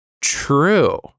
true